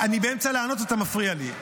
--- אני באמצע לענות, אתה מפריע לי.